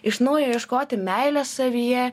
iš naujo ieškoti meilės savyje